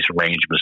arrangements